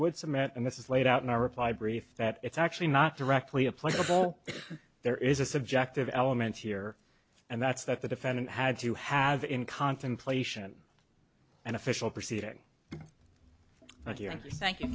would submit and this is laid out in our reply brief that it's actually not directly a pleasurable there is a subjective element here and that's that the defendant had to have in contemplation an official proceeding thank